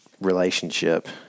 relationship